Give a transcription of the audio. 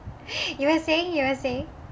you were saying you were saying